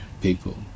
people